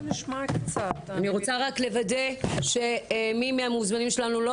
אני רוצה רק לוודא שמי מהמוזמנים שלנו לא